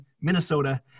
Minnesota